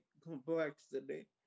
Complexity